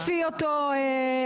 לפי אותו מפתח?